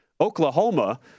Oklahoma